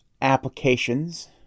applications